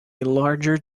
larger